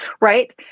Right